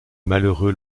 malheureux